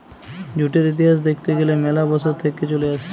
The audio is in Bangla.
জুটের ইতিহাস দ্যাখতে গ্যালে ম্যালা বসর থেক্যে চলে আসছে